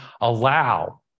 allow